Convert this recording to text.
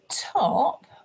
top